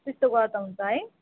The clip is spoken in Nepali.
त्यस्तो गर्दा हुन्छ है